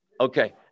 Okay